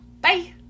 bye